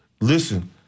Listen